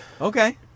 Okay